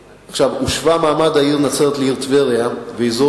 הושווה מעמד העיר נצרת לעיר טבריה ואזור